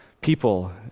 people